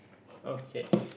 okay